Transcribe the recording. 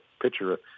pitcher